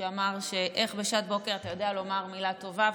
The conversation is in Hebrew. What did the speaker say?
שאמר שבשעת בוקר אתה יודע לומר מילה טובה.